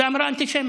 זו אמירה אנטישמית.